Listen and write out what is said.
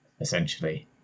essentially